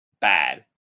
Bad